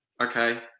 Okay